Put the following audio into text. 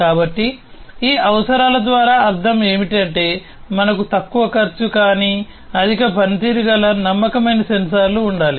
కాబట్టి ఈ అవసరాల ద్వారా అర్థం ఏమిటంటే మనకు తక్కువ ఖర్చు కానీ అధిక పనితీరు గల నమ్మకమైన సెన్సార్లు ఉండాలి